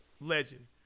legend